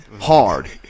hard